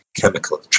chemical